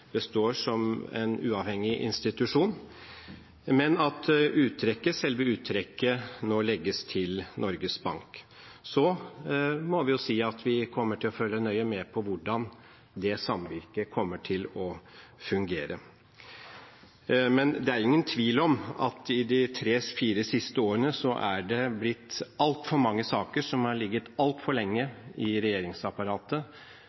består som en uavhengig institusjon, men at selve uttrekket nå legges til Norges Bank. Så må vi si at vi kommer til å følge nøye med på hvordan det samvirket kommer til å fungere. Det er ingen tvil om at i de tre–fire siste årene er det blitt altfor mange saker som har ligget altfor